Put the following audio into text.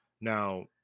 Now